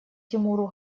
тимуру